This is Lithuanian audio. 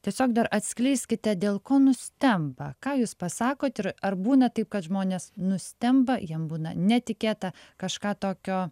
tiesiog dar atskleiskite dėl ko nustemba ką jūs pasakot ir ar būna taip kad žmonės nustemba jiem būna netikėta kažką tokio